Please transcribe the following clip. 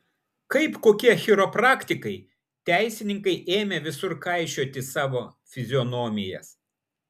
kaip kokie chiropraktikai teisininkai ėmė visur kaišioti savo fizionomijas